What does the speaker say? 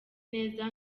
neza